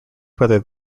whether